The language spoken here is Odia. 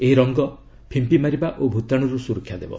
ଏହି ରଙ୍ଗ ଫିମ୍ପିମାରିବା ଓ ଭୂତାଣୁରୁ ସୁରକ୍ଷା ଦେବ